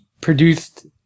produced